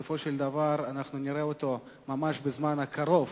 בסופו של דבר אנחנו נראה אותו, ממש בזמן הקרוב,